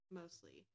mostly